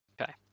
Okay